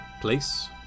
place